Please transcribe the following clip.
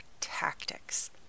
tactics